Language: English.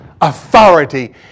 authority